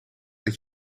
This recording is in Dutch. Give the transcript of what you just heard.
dat